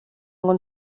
ngo